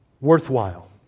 worthwhile